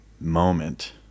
moment